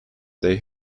they